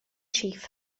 chief